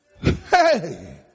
Hey